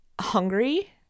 hungry